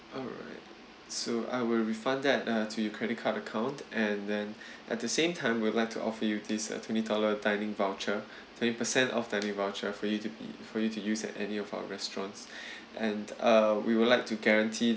alright so I will refund that uh to your credit card account and then at the same time we would like to offer you this uh twenty dollars dining voucher twenty percent off dining voucher for you to boo~ for you to use at any of our restaurants